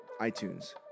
iTunes